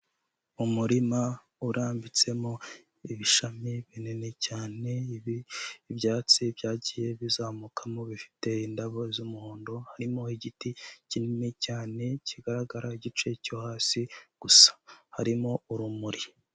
Umurima urambitsemo ibishami binini cyane. Ibi byatsi byagiye bizamukamo bifite indabo z'umuhondo, harimo igiti kinini cyane kigaragara igice cyo hasi gusa. Harimo urumuri.